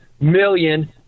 million